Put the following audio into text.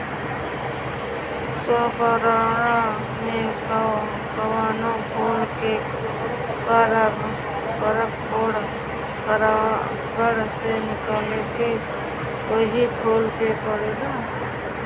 स्वपरागण में कवनो फूल के परागकोष परागण से निकलके ओही फूल पे पड़ेला